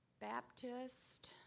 Baptist